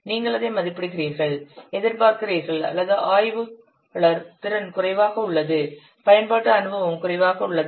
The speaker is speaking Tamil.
நீங்கள் அதை மதிப்பிடுகிறீர்கள் எதிர்பார்க்கிறீர்கள் அல்லது ஆய்வாளர் திறன் குறைவாக உள்ளது பயன்பாட்டு அனுபவமும் குறைவாக உள்ளது